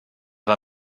war